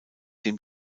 dem